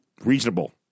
Reasonable